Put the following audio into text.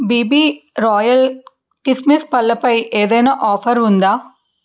BB royal కిస్మస్ పళ్ళపై ఏదైనా ఆఫర్ ఉందా